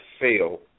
fail